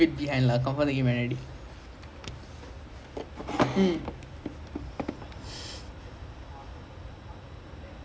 dude you know like that's the thing about football you know about winning right last not even like five ten minutes it just pass on their what can they do legit